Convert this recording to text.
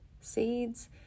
Seeds